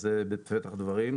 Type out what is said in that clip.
אז זה בפתח הדברים.